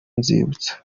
nzibutso